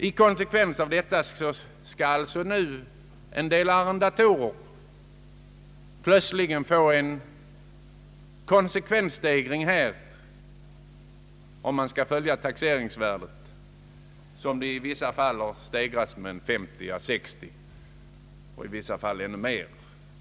En del arrendatorer skulle alltså plötsligen få vidkännas en konsekvensstegring, om man följer taxeringsvärdena, vilka ju har ökat med 50 å 60 procent, i vissa fall ännu mer.